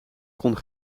kon